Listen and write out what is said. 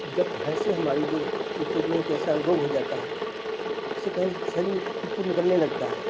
जब भैसें हमारी जो उनको जो है एक ऐसा रोग हो जाता है जिससे कहीं से शरीर में कुछ फूट फूट निकलने लगता है